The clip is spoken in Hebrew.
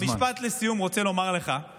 אני רוצה לומר לך משפט לסיום,